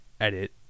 Edit